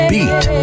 Beat